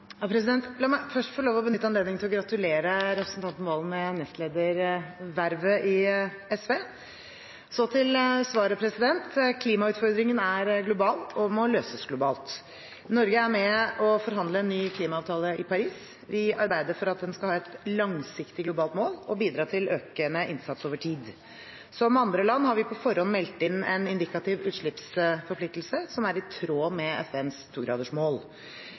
La meg først få benytte anledningen til å gratulere representanten Serigstad Valen med nestledervervet i SV. Så til svaret: Klimautfordringen er global og må løses globalt. Norge er med på å forhandle en ny klimaavtale i Paris. Vi arbeider for at den skal ha et langsiktig globalt mål og bidra til økende innsats over tid. Som andre land har vi på forhånd meldt inn en indikativ utslippsforpliktelse som er i tråd